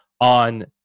on